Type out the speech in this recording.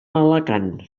alacant